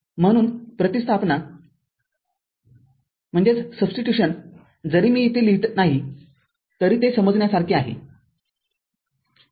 म्हणून प्रतिस्थापना जरी मी येथे लिहित नाही तरी ते समजण्यासारखे आहे